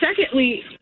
secondly